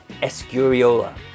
Escuriola